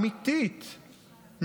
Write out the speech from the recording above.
אמיתית,